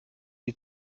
die